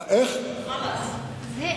חלאס.